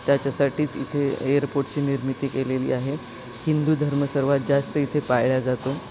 त्याच्यासाठीच इथे एअरपोर्टची निर्मिती केलेली आहे हिंदू धर्म सर्वात जास्त इथे पाळला जातो